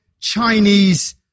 Chinese